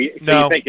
No